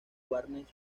warner